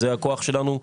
זה הכוח שלנו.